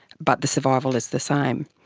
but the survival is the same.